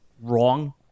wrong